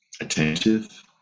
Attentive